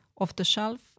off-the-shelf